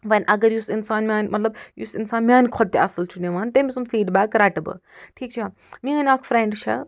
وَنہِ اگر یُس اِنسان میانہِ مطلب یُس اِنسان میانہِ کھۄتہٕ تہِ اصٕل چھُ نِوان تٔمۍ سُنٛد فیٖڈبیک رٹہٕ بہٕ ٹھیٖک چھا میٲنۍ اکھ فرٮ۪نٛڈ چھِ